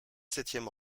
septième